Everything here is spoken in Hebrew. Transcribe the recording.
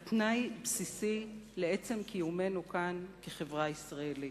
אלא תנאי בסיסי לעצם קיומנו כאן כחברה ישראלית.